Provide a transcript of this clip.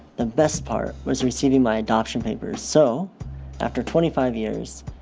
the best part was receiving my adoption papers. so after twenty five years,